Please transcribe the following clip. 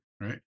right